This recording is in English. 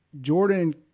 Jordan